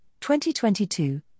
2022